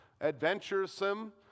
adventuresome